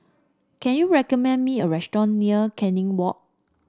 can you recommend me a restaurant near Canning Walk